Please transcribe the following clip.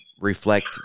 reflect